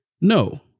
No